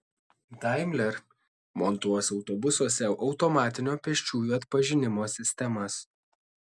daimler montuos autobusuose automatinio pėsčiųjų atpažinimo sistemas